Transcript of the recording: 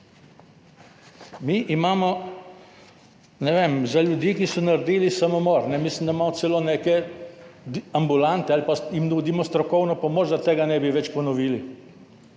Mi imamo za ljudi, ki so naredili samomor, mislim, da imamo celo neke ambulante ali pa jim nudimo strokovno pomoč, da tega ne bi več ponovili.